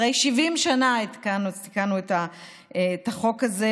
אחרי 70 שנה התקנו את החוק הזה,